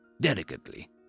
Delicately